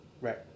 Right